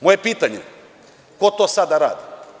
Moje pitanje – ko to sada radi?